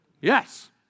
Yes